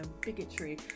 bigotry